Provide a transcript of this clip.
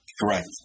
Correct